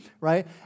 right